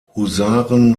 husaren